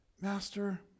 Master